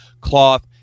cloth